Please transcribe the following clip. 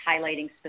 highlighting